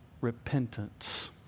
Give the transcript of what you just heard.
repentance